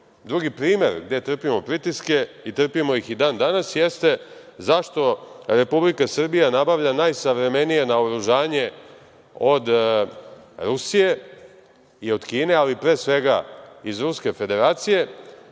primer gde trpimo pritiske i trpimo ih i dan danas jeste zašto Republika Srbija nabavlja najsavremenije naoružanje od Rusije i od Kine, ali pre svega iz Ruske Federacije